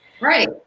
Right